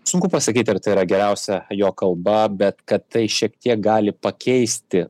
sunku pasakyti ar tai yra geriausia jo kalba bet kad tai šiek tiek gali pakeisti